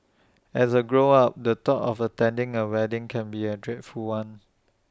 as A grown up the thought of attending A wedding can be A dreadful one